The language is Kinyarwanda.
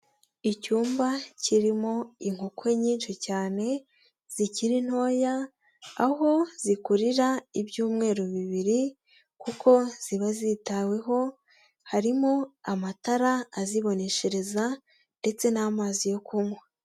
Icyumba kirimo inkoku nyinshi cyane zikiri ntoya, aho zikurira ibyumweru bibiri kuko ziba zitaweho, harimo amatara aziboneshereza ndetse n'amazi yo kunywa.